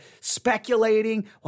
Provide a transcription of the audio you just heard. speculating